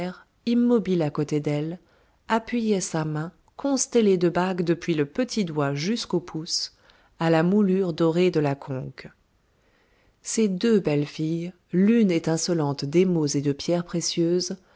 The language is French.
immobile à côté d'elle appuyait sa main constellée de bagues depuis le petit doigt jusqu'au pouce à la moulure dorée de la conque ces deux belles filles l'une étincelante d'émaux et de pierres précieuses